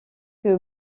que